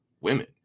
women